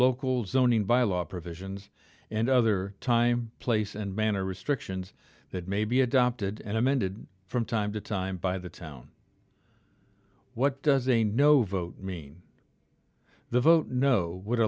local zoning bylaw provisions and other time place and manner restrictions that may be adopted and amended from time to time by the town what does a no vote mean the vote no would